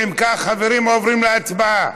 אם כך, חברים, עוברים להצבעה.